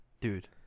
Dude